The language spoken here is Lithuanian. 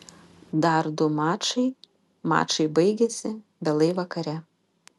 dar du mačai mačai baigėsi vėlai vakare